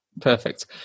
Perfect